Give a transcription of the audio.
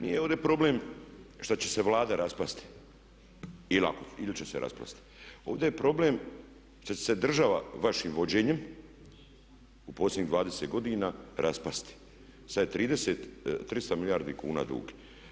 Nije ovdje problem što će se Vlada raspasti ili će se raspasti, ovdje je problem što će se država vašim vođenjem u posljednjih 20 godina raspasti, sad je 300 milijardi kuna dug.